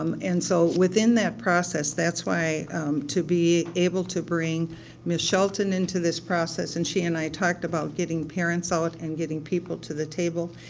um and so, within that process that's why to be able to bring miss shelton into this process. and she and i talked about getting parents out and getting people to the table,